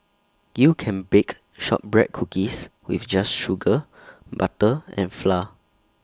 you can bake Shortbread Cookies with just sugar butter and flour